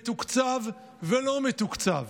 מתוקצב ולא מתוקצב.